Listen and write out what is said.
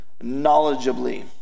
knowledgeably